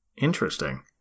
Interesting